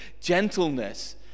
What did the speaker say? gentleness